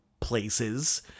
places